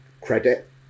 credit